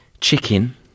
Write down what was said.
chicken